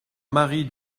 marie